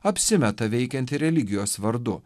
apsimeta veikianti religijos vardu